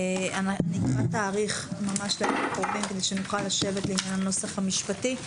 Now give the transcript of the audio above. נקבע תאריך ממש לימים הקרובים כדי שנוכל לשבת עם הנוסח המשפטי,